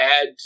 add